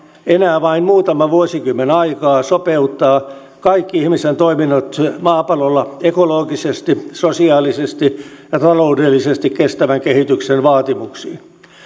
enää vain muutama vuosikymmen aikaa sopeuttaa kaikki ihmisten toiminnot maapallolla ekologisesti sosiaalisesti ja taloudellisesti kestävän kehityksen vaatimuksiin